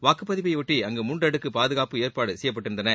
வாக்குப்பதிவையொட்டி அங்கு மூன்றடுக்கு பாதுகாப்பு செய்யப்பட்டிருந்தன